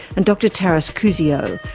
and dr taras kuzio,